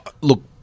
Look